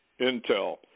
intel